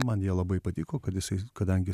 man jie labai patiko kad jisai kadangi